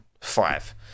five